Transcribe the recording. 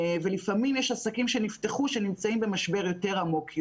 לפעמים יש עסקים שנפתחו ונמצאים במשבר יותר עמוק.